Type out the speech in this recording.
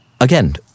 again